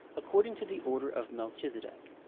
according to the order of melchizedek.